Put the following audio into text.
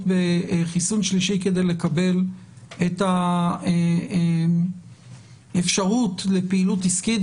בחיסון שלישי כדי לקבל את האפשרות לפעילות עסקית,